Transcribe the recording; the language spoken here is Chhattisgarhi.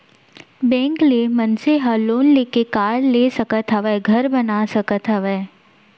बेंक ले मनसे ह लोन लेके कार ले सकत हावय, घर बना सकत हावय